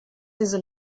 diese